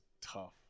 tough